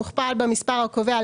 מוכפל במספר הקובע,